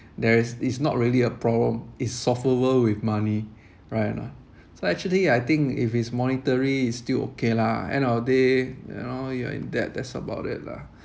there's it's not really a problem it's solvable with money right or not so actually I think if it's monetary it's still okay lah end of the day you know you're in debt that's about it lah